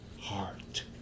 heart